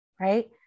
right